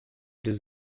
does